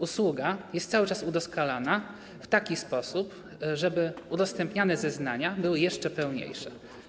Usługa jest cały czas udoskonalana w taki sposób, żeby udostępniane zeznania były jeszcze pełniejsze.